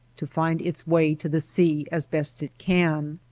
to find its way to the sea as best it can.